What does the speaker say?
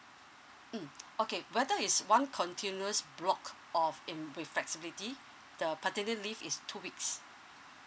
mm okay whether is one continuous block of in with flexibility the paternity leave is two weeks